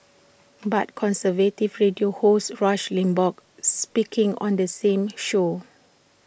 but conservative radio host rush Limbaugh speaking on the same show